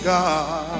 God